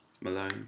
Malone